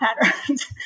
patterns